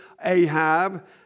Ahab